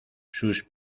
sus